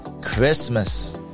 Christmas